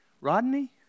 Rodney